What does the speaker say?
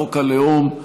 חוק הלאום,